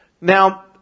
Now